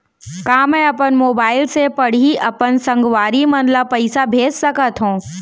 का मैं अपन मोबाइल से पड़ही अपन संगवारी मन ल पइसा भेज सकत हो?